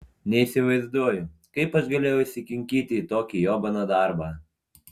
neįsivaizduoju kaip aš galėjau įsikinkyti į tokį jobaną darbą